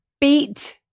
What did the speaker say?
beat